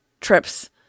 trips